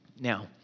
Now